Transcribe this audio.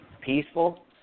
peaceful